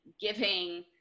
giving